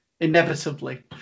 inevitably